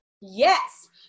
yes